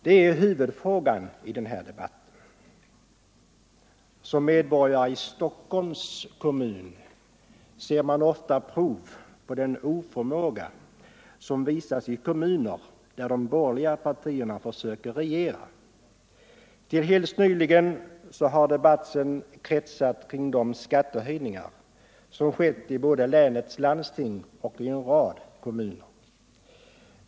Det är huvudfrågan i den här debatten. Som medborgare i Stockholms kommun ser man ofta prov på den oförmåga som visas i kommuner där de borgerliga partierna försöker regera. Till helt nyligen har debatten kretsat kring de skattehöjningar som skett både i länets landsting och i en rad kommuner.